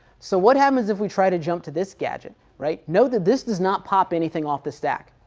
so what happens if we try to jump to this gadget? right, note that this does not pop anything off the stack,